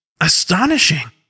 Astonishing